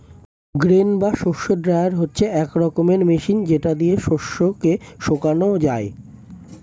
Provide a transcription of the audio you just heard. grain বা শস্য dryer হচ্ছে এক রকমের মেশিন যেটা দিয়ে শস্য কে শোকানো যায়